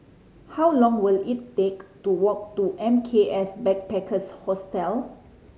how long will it take to walk to M K S Backpackers Hostel